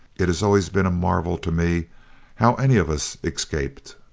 it has always been a marvel to me how any of us escaped.